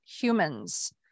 humans